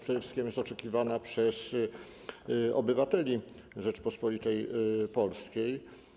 Przede wszystkim jest oczekiwana przez obywateli Rzeczypospolitej Polskiej.